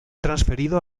transferido